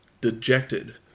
dejected